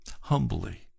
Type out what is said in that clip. humbly